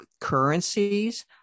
currencies